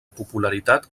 popularitat